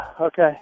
Okay